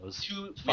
two